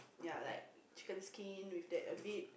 ya like chicken skin with that a bit